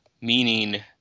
meaning